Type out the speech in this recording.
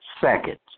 second